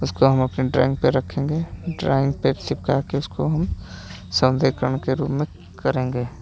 उसको हम अपनी ड्राइंग पे रखेंगे ड्राइंग पे चिपका के उसको हम संधिकरण के करेंगे